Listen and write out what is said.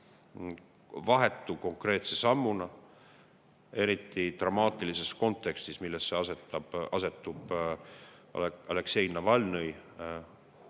vahetu konkreetse sammuna, eriti praeguses dramaatilises kontekstis, millesse asetub Aleksei Navalnõi